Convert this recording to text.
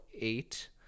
eight